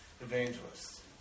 evangelists